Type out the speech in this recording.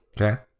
Okay